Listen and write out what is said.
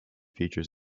features